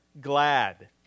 glad